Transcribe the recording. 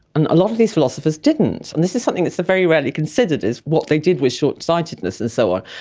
and a lot of these philosophers didn't, and this is something that is very rarely considered is what they did with short-sightedness and so on.